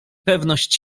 pewność